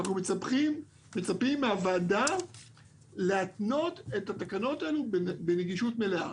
אנחנו מצפים מהוועדה להתנות את התקנות האלו בנגישות מלאה.